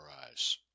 eyes